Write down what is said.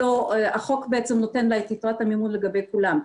החוק בעצם נותן לה את יתרת המימון לגבי כולם,